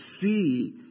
see